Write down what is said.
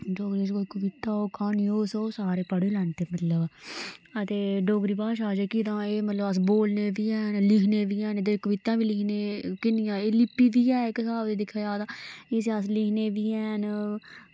डोगरी च कोई कविता होग क्हानी होग सारे पढ़ी लैंदे ते डोगरी भाशा ते एह् मतलब अस बोलने बी हैन लिखने बी हैन ते कवितां बी लिखने ते किन्नियां ते एह् लिपि बी ऐ इक स्हाब दी ते इस्सी अस लिखने बी हैन